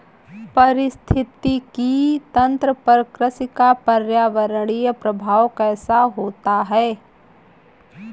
पारिस्थितिकी तंत्र पर कृषि का पर्यावरणीय प्रभाव कैसा होता है?